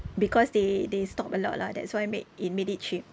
because they they stock a lot lah that's why made it made it cheap